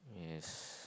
yes